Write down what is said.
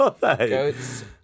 Goats